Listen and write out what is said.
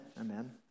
Amen